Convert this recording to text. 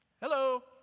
Hello